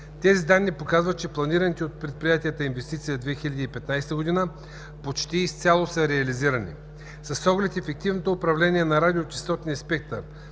Тези данни показват, че планираните от предприятията инвестиции за 2015 г. почти изцяло са реализирани. С оглед ефективното управление на радиочестотния спектър